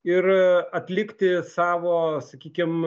ir atlikti savo sakykim